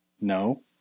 no